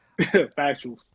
Factuals